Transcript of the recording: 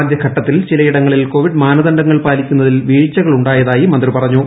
ആദ്യ ഘട്ടത്തിൽ ചിലയിടങ്ങളിൽ കോവിഡ് മാനദണ്ഡങ്ങൾ പാലിക്കുന്നതിൽ വീഴ്ചകളുണ്ടായതായി മന്ത്രി പറഞ്ഞു